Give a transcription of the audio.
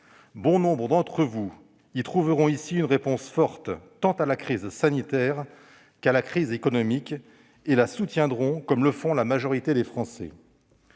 bon nombre d'entre vous y trouveront une réponse forte tant à la crise sanitaire qu'à la crise économique et la soutiendront, comme le font la majorité des Français.